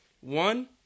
One